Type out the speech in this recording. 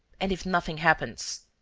and, if nothing happens?